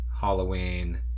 Halloween